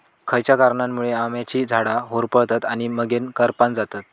खयच्या कारणांमुळे आम्याची झाडा होरपळतत आणि मगेन करपान जातत?